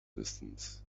distance